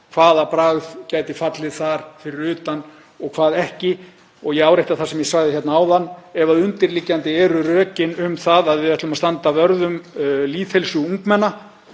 hvaða bragð gæti fallið þar fyrir utan og hvað ekki. Og ég árétta það sem ég sagði áðan: Ef undirliggjandi eru rökin um það að við ætlum að standa vörð um lýðheilsu ungmenna